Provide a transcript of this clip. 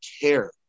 care